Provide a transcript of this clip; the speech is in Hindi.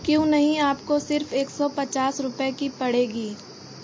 क्यों नहीं आपको सिर्फ़ एक सौ पचास रुपये की पड़ेगी